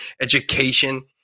education